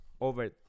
over